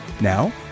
Now